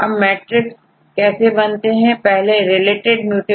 अब मैट्रिक्स कैसे बनाते हैं पहले रिलेटेड म्यूट